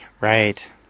Right